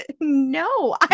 no